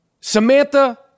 Samantha